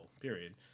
period